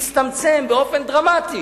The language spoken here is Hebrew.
תצטמצם באופן דרמטי,